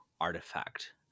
artifact